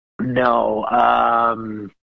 No